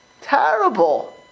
terrible